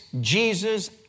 Jesus